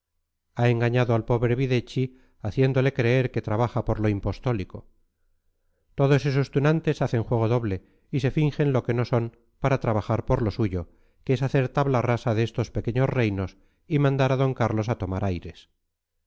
ha engañado al pobre videchi haciéndole creer que trabaja por lo impostólico todos esos tunantes hacen juego doble y se fingen lo que no son para trabajar por lo suyo que es hacer tabla rasa de estos pequeños reinos y mandar a d carlos a tomar aires